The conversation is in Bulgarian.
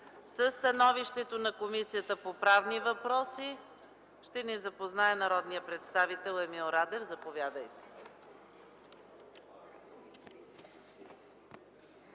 Със становището на Комисията по правни въпроси ще ни запознае народният представител Емил Радев. Заповядайте.